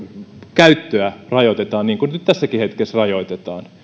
käyttöä rajoitetaan niin kuin nyt tässäkin hetkessä rajoitetaan